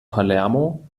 palermo